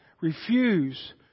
refuse